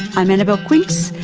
i'm annabelle quince,